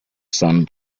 san